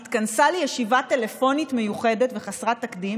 התכנסה לישיבה טלפונית מיוחדת וחסרת תקדים